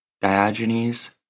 Diogenes